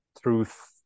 truth